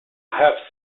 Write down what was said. half